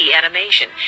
animation